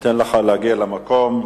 נאפשר לך להגיע למקום.